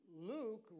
Luke